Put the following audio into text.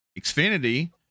xfinity